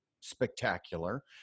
spectacular